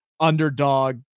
underdog